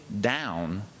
down